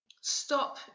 stop